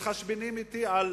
מתחשבנים אתי על